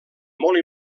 molt